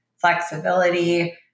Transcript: flexibility